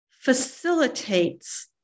facilitates